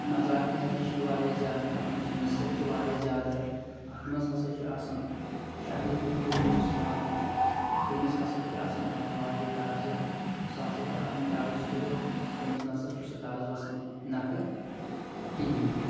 مذاقیہٕ تہِ چھِ یہِ واریاہ زیادٕ اَتھ منٛز چھِ نصیٖحت تہِ واریاہ زیادٕ اَتھ منٛز ہسا چھِ آسان شاہد کپوٗر ییٚمِس ونان چھِ تٔمِس ہسا چھِ آسان اَتھ منٛز واریاہ قرضہٕ سُہ ہسا چھُ اَنان قرض تُلِتھ تٔمِس ناسا چھُ سُہ قرض وسان نکھٕ کِہیٖنٛۍ تہِ